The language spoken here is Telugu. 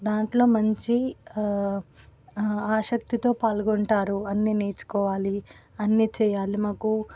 దాంట్లో మంచి ఆసక్తితో పాల్గొంటారు అన్ని నేర్చుకోవాలి అన్ని చేయాలి మాకు